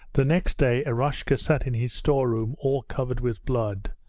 the next day eroshka sat in his store-room all covered with blood,